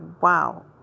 wow